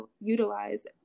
utilize